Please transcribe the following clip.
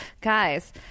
guys